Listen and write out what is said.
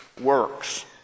works